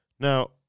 Now